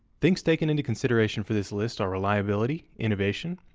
things taken into consideration for this list are reliability, innovation,